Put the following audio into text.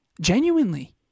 Genuinely